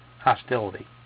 Hostility